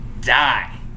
die